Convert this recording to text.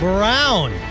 Brown